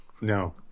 no